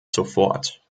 sofort